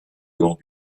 long